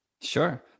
Sure